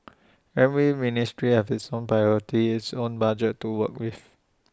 every ministry has its own priorities its own budget to work with